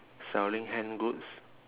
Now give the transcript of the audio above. selling hand goods